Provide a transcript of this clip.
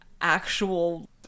actual